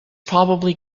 probably